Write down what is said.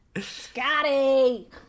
scotty